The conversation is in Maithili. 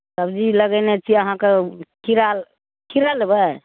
सब्जी लगेने छी अहाँके खीरा खीरा लेबै